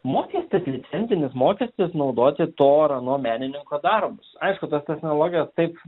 mokestis licenzinis mokestis naudoti to ar ano menininko darbus aišku tos technologijos taip